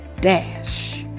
DASH